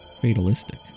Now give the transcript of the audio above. fatalistic